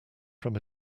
from